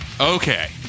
Okay